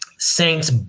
Saints